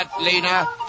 Lena